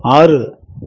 ஆறு